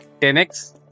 10X